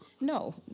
No